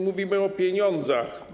Mówimy o pieniądzach.